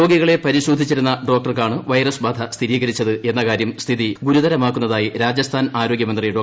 രോഗികളെ പരിശോധിച്ചിരുന്ന് ഡോക്ടർക്കാണ് വൈറസ് ബാധ സ്ഥിരീകരിച്ചത് എന്ന കാര്യം സ്ഥിതി ഗുരുതരമാക്കുന്നതായി രാജസ്ഥാൻ ആരോഗ്യമന്ത്രി ഡോ